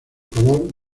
color